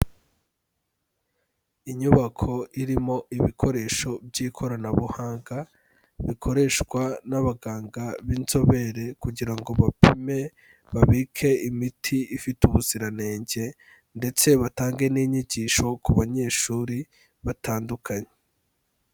Inyubako irimo ibikoresho by'ikoranabuhanga bikoreshwa n'abaganga b'inzobere kugira ngo bapime, babike imiti ifite ubuziranenge ndetse batange n'inyigisho ku banyeshuri batandukanye.